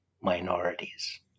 minorities